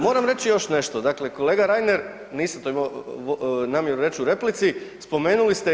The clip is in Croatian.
Moram reći još nešto, dakle kolega Reiner, nisam to imao namjeru reći u replici, spomenuli ste INU.